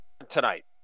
Tonight